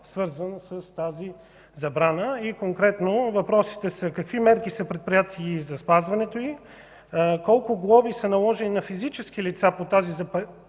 свързан с тази забрана. Конкретно въпросите са: Какви мерки са предприети за спазването й? Колко глоби са наложени на физически лица по тази